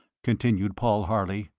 continued paul harley.